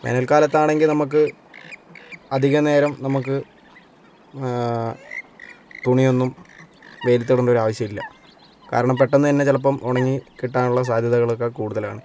വേനല്ക്കാലത്താണെങ്കിൽ നമുക്ക് അധികനേരം നമുക്ക് തുണിയൊന്നും വെയിലത്ത് ഇടണ്ടൊരു ആവശ്യം ഇല്ല കാരണം പെട്ടെന്ന് തന്നെ ചിലപ്പം ഉണങ്ങി കിട്ടാനുള്ള സാധ്യതകളൊക്കെ കൂടുതലാണ്